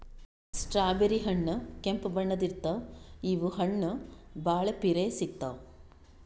strawberry ಹಣ್ಣ್ ಕೆಂಪ್ ಬಣ್ಣದ್ ಇರ್ತವ್ ಇವ್ ಹಣ್ಣ್ ಭಾಳ್ ಪಿರೆ ಸಿಗ್ತಾವ್